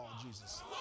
Jesus